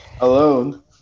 alone